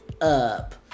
up